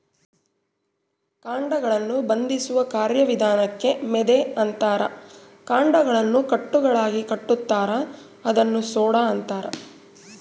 ಕಾಂಡಗಳನ್ನು ಬಂಧಿಸುವ ಕಾರ್ಯವಿಧಾನಕ್ಕೆ ಮೆದೆ ಅಂತಾರ ಕಾಂಡಗಳನ್ನು ಕಟ್ಟುಗಳಾಗಿಕಟ್ಟುತಾರ ಅದನ್ನ ಸೂಡು ಅಂತಾರ